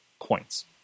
points